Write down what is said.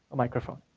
microphone.